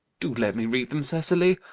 do let me read them, cecily?